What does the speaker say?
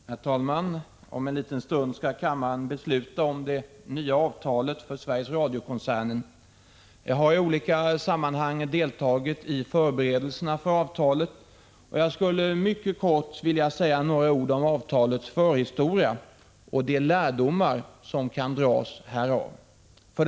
Herr talman! Om en liten stund skall kammaren besluta om det nya avtalet för Sveriges Radio-koncernen. Jag har i olika sammanhang deltagit i förberedelserna för avtalet och skulle kortfattat vilja säga några ord om dess förhistoria och de lärdomar som kan dras härav. 1.